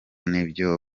n’ibyo